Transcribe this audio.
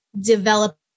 develop